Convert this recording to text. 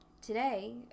Today